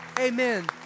amen